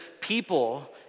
people